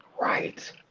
Right